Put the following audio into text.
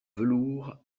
velours